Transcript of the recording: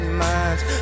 minds